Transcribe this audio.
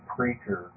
Preacher